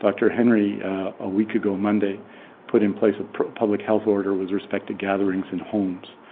doctor henry a week ago, monday put in place a public health audit with respect to gatherings and homes.